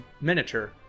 miniature